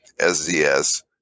SZS